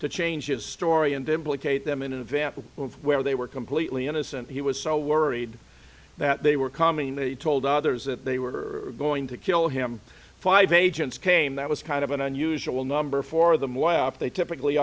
to change his story and implicate them in an event where they were completely innocent he was so worried that they were coming they told others that they were going to kill him five agents came that was kind of an unusual number for them way up they typically